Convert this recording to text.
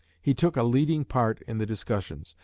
he took a leading part in the discussions,